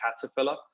Caterpillar